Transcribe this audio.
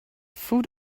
food